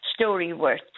Storyworth